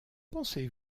pensez